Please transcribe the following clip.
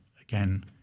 again